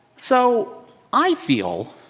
so i feel